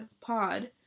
pod